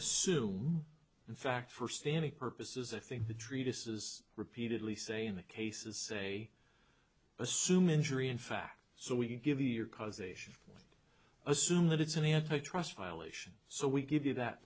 assume in fact for stanek purposes i think the treatises repeatedly say in the cases say assume injury in fact so we can give you your causation assume that it's an antitrust violation so we give you that